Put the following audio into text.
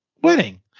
wedding